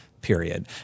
period